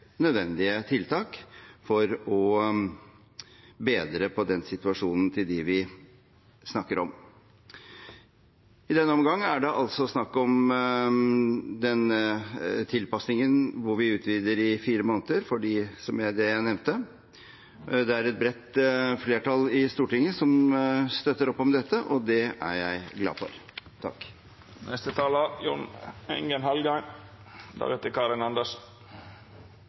nødvendige tiltak for å bedre på situasjonen til dem vi snakker om. I denne omgang er det altså snakk om den tilpasningen hvor vi utvider i fire måneder for det jeg nevnte. Det er et bredt flertall i Stortinget som støtter opp om dette, og det er jeg glad for.